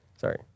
Sorry